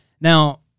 Now